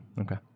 Okay